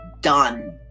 done